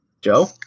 Joe